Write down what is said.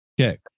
okay